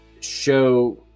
show